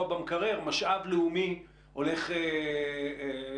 במקרר אזי המשאב הלאומי הולך לאיבוד.